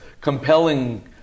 compelling